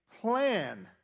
plan